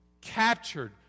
captured